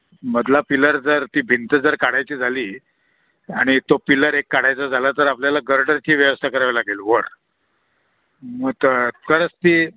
मधला पिलर जर ती भिंत जर काढायची झाली आणि तो पिलर एक काढायचा झाला तर आपल्याला गरडरची व्यवस्था करावी लागेल वर मग तं तरच ती